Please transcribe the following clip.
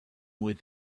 with